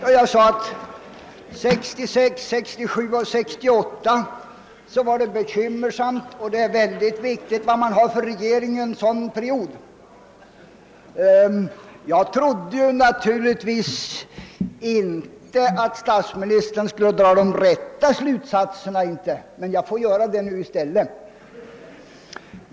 När jag framhöll att åren 1966, 1967 och 1968 var bekymmersamma och att det är mycket viktigt vad man har för regering under en sådan period, så trodde jag naturligtvis inte att statsministern skulle dra de rätta slutsatserna härav, utan det skall jag nu i stället själv göra.